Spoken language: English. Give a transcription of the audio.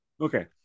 okay